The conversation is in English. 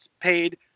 paid